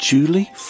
Julie